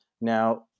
now